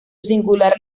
singular